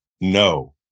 no